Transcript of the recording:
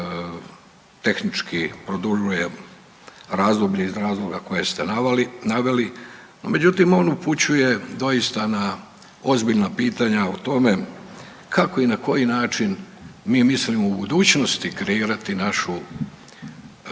sporan jer tehnički produljuje razdoblje iz razloga koji ste naveli, međutim, on upućuje doista na ozbiljna pitanja o tome kako i na koji način mi mislimo u budućnosti kreirati našu